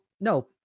No